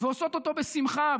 ועושות אותו בשמחה.